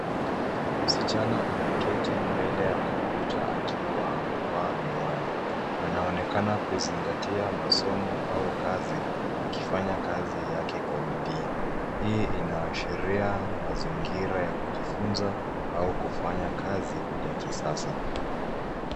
Msichana ameketi mbele ya kompyuta akiwa amevaa miwani. Anaonekana kuzingatia masomo au kazi, akifanya kazi yake kwa bidii. Hii inaashiria mazingira ya kujifunza au kufanya kazi ya kisasa.